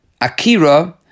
akira